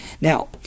Now